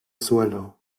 suelo